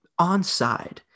onside